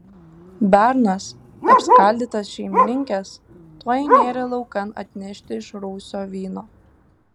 bernas apskaldytas šeimininkės tuoj nėrė laukan atnešti iš rūsio vyno